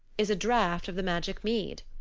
is a draught of the magic mead.